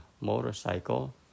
motorcycle